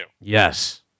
Yes